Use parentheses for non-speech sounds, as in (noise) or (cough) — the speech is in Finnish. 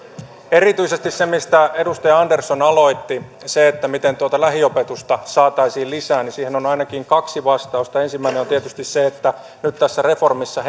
erityisesti siihen mistä edustaja andersson aloitti eli siihen miten tuota lähiopetusta saataisiin lisää on ainakin kaksi vastausta ensimmäinen on tietysti se että nyt tässä reformissa (unintelligible)